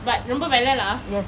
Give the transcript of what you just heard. but ரொம்ப விலை:romba vilai lah